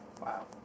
Wow